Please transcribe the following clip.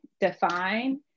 define